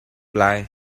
lai